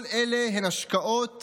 כל אלה הן השקעות